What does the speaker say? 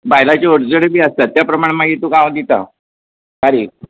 बायलांच्यो अडचणी बी आसतात त्या प्रमाण मागीर तुका हांव दितां तारीख